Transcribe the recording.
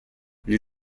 gli